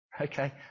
Okay